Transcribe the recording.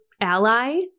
ally